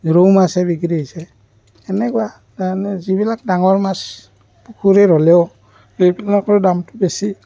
ৰৌ মাছে বিক্ৰী হৈছে সেনেকুৱা তাৰমানে যিবিলাক ডাঙৰ মাছ পুখুৰীৰ হ'লেও সেইবিলাকৰ দামটো বেছি